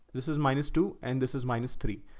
this is minus two, and this is minus three.